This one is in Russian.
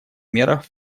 мерах